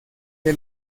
que